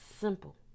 simple